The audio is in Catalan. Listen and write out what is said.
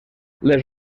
les